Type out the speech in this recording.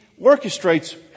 orchestrates